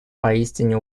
поистине